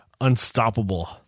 unstoppable